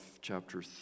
chapter